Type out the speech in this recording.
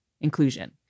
inclusion